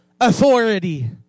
authority